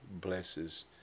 blesses